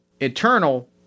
eternal